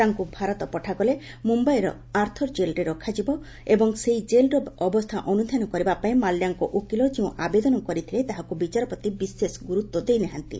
ତାଙ୍କୁ ଭାରତ ପଠାଗଲେ ମୁମ୍ବାଇର ଆର୍ଥର୍ କେଲ୍ରେ ରଖାଯିବ ଏବଂ ସେଇ ଜେଲ୍ର ଅବସ୍ଥା ଅନ୍ୟୁଧ୍ୟାନ କରିବା ପାଇଁ ମାଲ୍ୟାଙ୍କ ଓକିଲ ଯେଉଁ ଆବେଦନ କରିଥିଲେ ତାହାକୁ ବିଚାରପତି ବିଶେଷ ଗୁରୁତ୍ୱ ଦେଇନାହାନ୍ତି